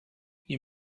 you